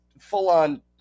full-on